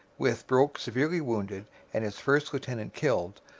with broke severely wounded and his first lieutenant killed,